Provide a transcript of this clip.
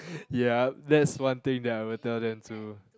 ya that's one thing that I would tell them too